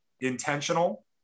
Intentional